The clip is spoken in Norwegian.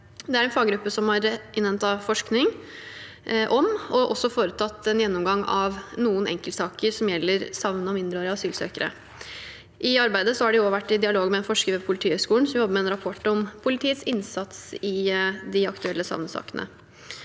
Det er en faggruppe som har innhentet forskning om, og også foretatt en gjennomgang av, noen enkeltsaker som gjelder savnede mindreårige asylsøkere. I arbeidet har de også vært i dialog med en forsker ved Politihøgskolen, som jobber med en rapport om politiets innsats i de aktuelle savnetsakene.